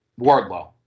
Wardlow